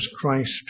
Christ